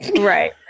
right